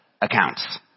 accounts